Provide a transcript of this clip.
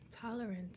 tolerant